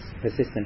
persistent